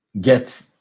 Get